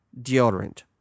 deodorant